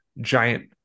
giant